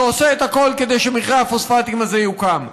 שעושה את הכול כדי שמכרה הפוספטים הזה יוקם?